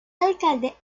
alcalde